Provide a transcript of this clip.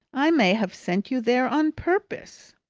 i may have sent you there on purpose.